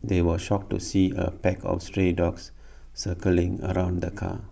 they were shocked to see A pack of stray dogs circling around the car